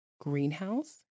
greenhouse